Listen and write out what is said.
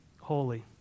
holy